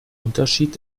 unterschied